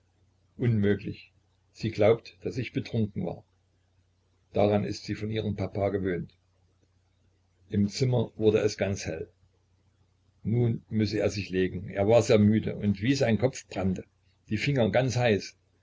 unmöglich sie glaubt daß ich betrunken war daran ist sie von ihrem papa gewöhnt im zimmer wurde es ganz hell nun müsse er sich legen er war sehr müde und wie sein kopf brannte die finger ganz heiß